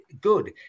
good